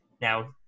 now